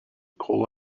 coal